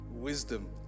wisdom